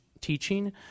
teaching